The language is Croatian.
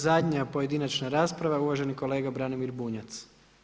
Zadnja pojedinačna rasprava, uvaženi kolega Branimir Bunjac.